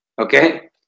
Okay